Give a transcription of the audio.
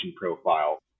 profile